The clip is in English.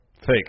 Fake